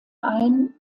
ein